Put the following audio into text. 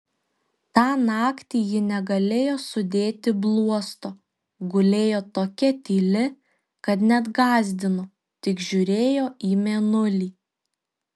tą naktį ji negalėjo sudėti bluosto gulėjo tokia tyli kad net gąsdino tik žiūrėjo į mėnulį